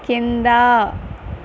కిందా